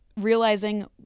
realizing